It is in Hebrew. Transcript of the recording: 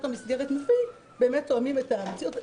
המסגרת מביא באמת תואמים את המציאות.